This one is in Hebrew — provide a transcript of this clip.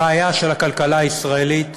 הבעיה של הכלכלה הישראלית,